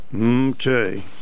Okay